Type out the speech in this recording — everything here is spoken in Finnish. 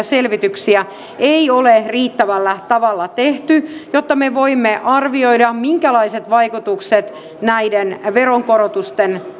selvityksiä ei ole riittävällä tavalla tehty jotta me voimme arvioida minkälaiset vaikutukset näiden veronkorotusten